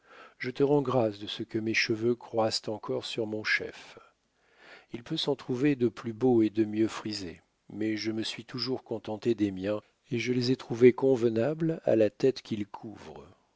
je te rends grâces de ce que mes cheveux croissent encore sur mon chef il peut s'en trouver de plus beaux et de mieux frisés mais je me suis toujours contenté des miens et je les ai trouvés convenables à la tête qu'ils couvrent